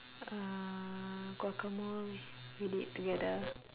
uh guacamole we did together